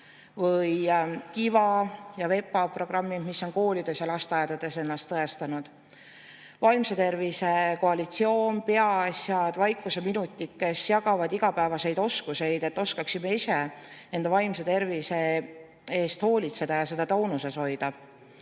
Või KiVa ja VEPA programmid, mis on koolides ja lasteaedades ennast tõestanud. Vaimse tervise koalitsioon, [MTÜ] Peaasjad, Vaikuseminutid jagavad igapäevaseid oskusi, et oskaksime ise enda vaimse tervise eest hoolitseda ja seda toonuses hoida.